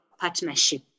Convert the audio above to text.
partnership